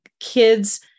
kids